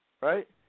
right